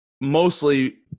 mostly